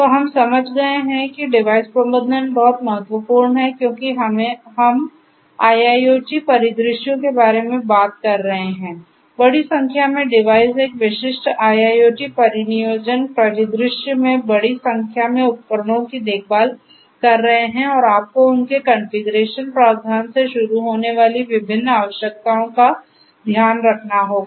तो हम समझ गए हैं कि डिवाइस प्रबंधन बहुत महत्वपूर्ण है क्योंकि हम IIoT परिदृश्यों के बारे में बात कर रहे हैं बड़ी संख्या में डिवाइस एक विशिष्ट IIoT परिनियोजन परिदृश्य में बड़ी संख्या में उपकरणों की देखभाल कर रहे हैं और आपको उनके कॉन्फ़िगरेशन प्रावधान से शुरू होने वाली विभिन्न आवश्यकताओं का ध्यान रखना होगा